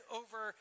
over